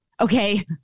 Okay